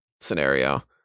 scenario